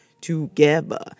together